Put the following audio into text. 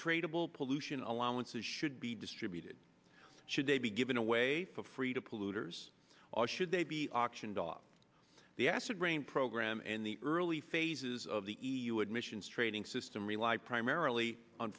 tradeable pollution allowances should be distributed should they be given away for free to polluters or should they be auctioned off the acid rain program and the early phases of the e u admissions trading system rely primarily on